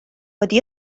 wedi